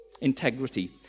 Integrity